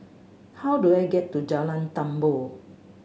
how do I get to Jalan Tambur